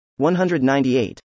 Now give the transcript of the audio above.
198